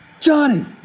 Johnny